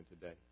today